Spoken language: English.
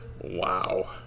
wow